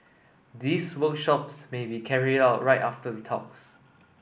these workshops may be carried out right after the talks